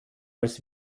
als